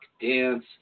dance